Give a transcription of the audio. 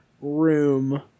room